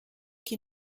qui